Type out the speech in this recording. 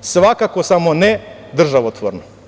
svakako samo ne državotvorno.